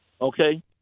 Okay